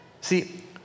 See